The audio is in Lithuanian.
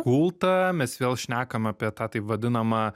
kultą mes vėl šnekam apie tą taip vadinamą